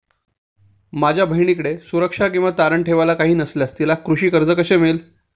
माझ्या बहिणीकडे सुरक्षा किंवा तारण ठेवायला काही नसल्यास तिला कृषी कर्ज कसे मिळेल?